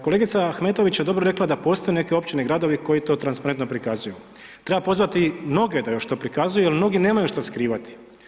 Kolegica Ahmetović je dobro rekla da postoje neke općine i gradovi koji to transparentno prikazuju, treba pozvati mnoge da još to prikazuju jer mnogi nemaju što skrivati.